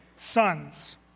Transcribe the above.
sons